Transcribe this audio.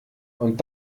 und